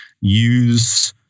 use